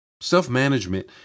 Self-management